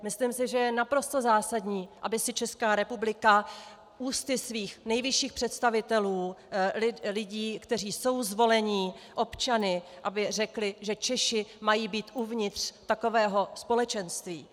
Myslím si, že je naprosto zásadní, aby si Česká republika ústy svých nejvyšších představitelů, lidí, kteří jsou zvoleni občany, řekla, zda Češi mají být uvnitř takového společenství.